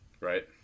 Right